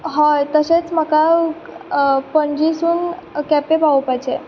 हय तशेंच म्हाका पणजीसून केपें पावोवपाचें